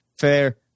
fair